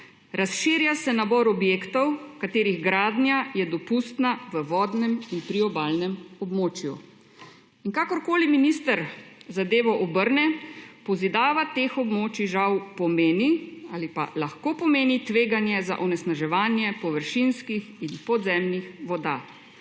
Razširja se nabor objektov, katerih gradnja je dopustna v vodnem in priobalnem območju, in kakorkoli minister zadevo obrne, pozidava teh območij žal pomeni ali pa lahko pomeni tveganje za onesnaževanje površinskih in podzemnih voda.